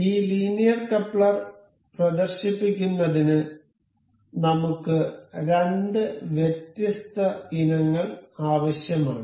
ഈ linear coupler പ്രദർശിപ്പിക്കുന്നതിന് നമുക്ക് രണ്ട് വ്യത്യസ്ത ഇനങ്ങൾ ആവശ്യമാണ്